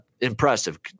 impressive